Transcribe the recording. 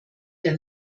der